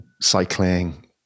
cycling